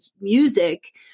music